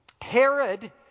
Herod